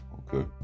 okay